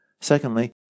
Secondly